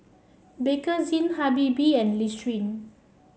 Bakerzin Habibie and Listerine